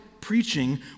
preaching